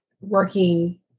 working